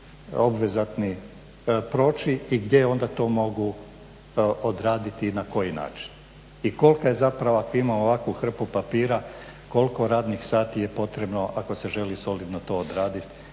i gdje onda to mogu odraditi i na koji način. I kolika je zapravo ako ima ovakvu hrpu papira, koliko radnih sati je potrebno ako se želi solidno to odraditi.